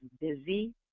busy